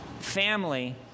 family